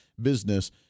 business